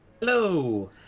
Hello